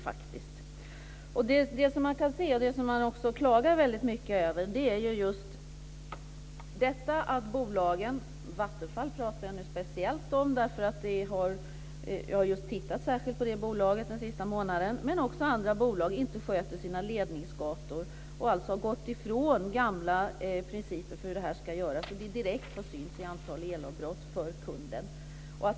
Något som man också klagar väldigt mycket över är just detta att bolagen - Vattenfall talar jag nu speciellt om därför att jag har tittat särskilt på det bolaget den senaste månaden, men det gäller också andra bolag - inte sköter sina ledningsgator och alltså har gått ifrån gamla principer för hur det här ska göras. Det är det som direkt har synts i antalet elavbrott för kunden.